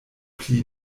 pli